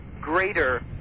greater